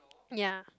ya